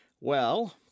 Well